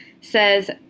says